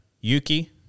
Yuki